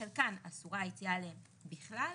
חלקן אסורה היציאה אליהן בכלל,